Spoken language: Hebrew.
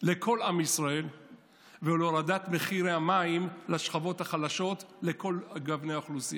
לכל עם ישראל ולהורדת מחירי המים לשכבות החלשות לכל גוני האוכלוסייה.